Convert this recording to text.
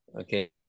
Okay